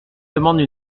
demande